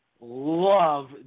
love